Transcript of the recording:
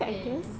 okay